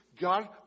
God